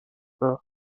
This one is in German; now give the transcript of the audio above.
bars